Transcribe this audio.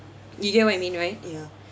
you get what I mean right ya